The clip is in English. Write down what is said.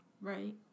Right